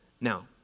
Now